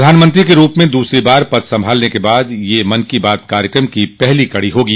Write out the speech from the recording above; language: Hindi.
प्रधानमंत्री के रूप में दूसरी बार पद संभालने के बाद यह मन की बात कार्यक्रम की पहली कड़ी होगी